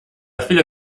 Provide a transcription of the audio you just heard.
chwilę